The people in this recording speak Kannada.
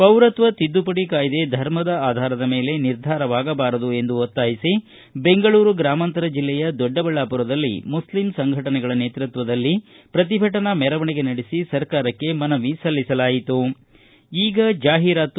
ಪೌರತ್ವ ತಿದ್ದುಪಡಿ ಕಾಯ್ದೆ ಧರ್ಮದ ಆಧಾರದ ಮೇಲೆ ನಿರ್ಧರಿಸಬಾರದು ಎಂದು ಒತ್ತಾಯಿಸಿ ಬೆಂಗಳೂರು ಗ್ರಾಮಾಂತರ ಜಿಲ್ಲೆಯ ದೊಡ್ಡಬಳ್ಳಾಪುರದಲ್ಲಿ ಮುಸ್ಲಿಂ ಸಂಘಟನೆಗಳ ನೇತೃತ್ವದಲ್ಲಿ ಬೃಹತ್ ಪ್ರತಿಭಟನಾ ಮೆರವಣಿಗೆ ನಡೆಸಿ ಸರ್ಕಾರಕ್ಕೆ ಮನವಿ ಸಲ್ಲಿಸಲಾಯಿತು